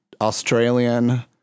Australian